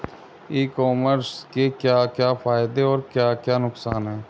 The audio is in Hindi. ई कॉमर्स के क्या क्या फायदे और क्या क्या नुकसान है?